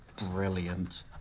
brilliant